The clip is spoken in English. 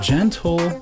Gentle